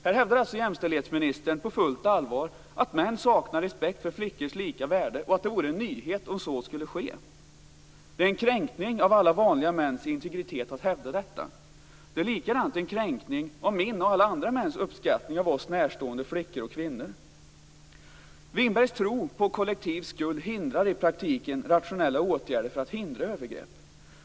Här hävdar alltså jämställdhetsministern på fullt allvar att män saknar respekt för flickors lika värde och att det vore en nyhet om så skulle ske. Det är en kränkning av alla vanliga mäns integritet att hävda detta. Likaså är det en kränkning av min och alla andra mäns uppskattning av oss närstående flickor och kvinnor. Margareta Winbergs tro på kollektiv skuld hindrar i praktiken rationella åtgärder för att hindra övergrepp.